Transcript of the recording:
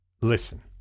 listen